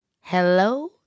Hello